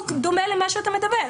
באופן דומה למה שאתה אומר.